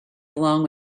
along